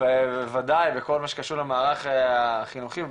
ובוודאי בכל מה שקשור למערך החינוכי,